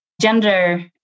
gender